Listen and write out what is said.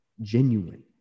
genuine